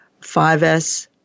5S